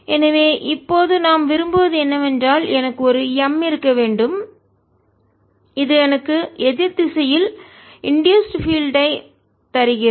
எனவே இப்போது நாம் விரும்புவது என்னவென்றால் எனக்கு ஒரு M இருக்க வேண்டும் இது எனக்கு எதிர் திசையில் இன்டூசுடு பீல்டு தூண்டப்பட்ட புலத்தை தருகிறது